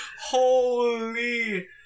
Holy